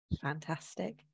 Fantastic